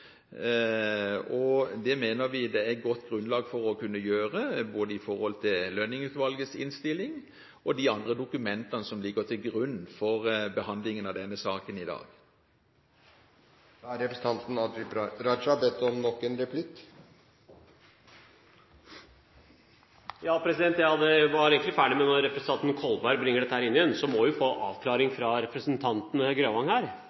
familiebegrep. Det mener vi det er godt grunnlag for å kunne gjøre, med tanke på både Lønning-utvalgets innstilling og de andre dokumentene som ligger til grunn for behandlingen av denne saken i dag. Representanten Abid Q. Raja har bedt om nok en replikk. Jeg var egentlig ferdig, men når representanten Kolberg bringer dette inn igjen, må vi få en avklaring fra representanten Grøvan.